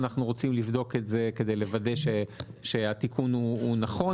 אנחנו רוצים לבדוק את זה כדי לוודא שהתיקון הוא נכון.